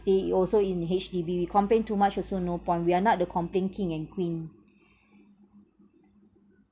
stay also in H_D_B we complain too much also no point we are not the complain king and queen